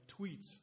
tweets